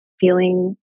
feeling